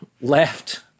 left